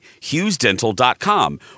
HughesDental.com